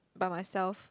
by myself